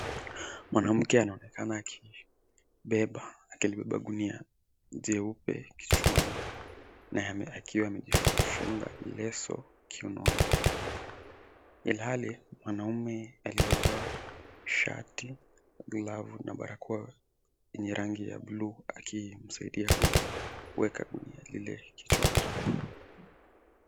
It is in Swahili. Mwanamke anaonekana akibeba gunia jeupe kichwani na akiwa amefunga leso kiunoni ilhali mwanaume aliyevaa shati, glavu na barakoa yenye rangi ya buluu akimsaidia kueka gunia ile kichwani.